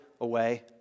away